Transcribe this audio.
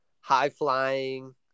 high-flying